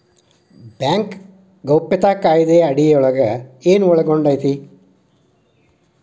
Bank ಗೌಪ್ಯತಾ ಕಾಯಿದೆ ಅಡಿಯೊಳಗ ಏನು ಒಳಗೊಂಡೇತಿ?